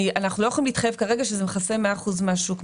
אנחנו לא יכולים להתחייב כרגע שזה מכסה 100% מהשוק.